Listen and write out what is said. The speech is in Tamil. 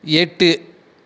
எட்டு